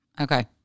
Okay